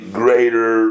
greater